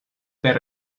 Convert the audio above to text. per